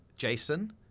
Jason